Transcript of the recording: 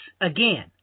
again